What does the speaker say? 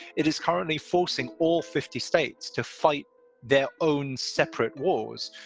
it is currently forcing all fifty states to fight their own separate wars,